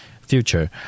future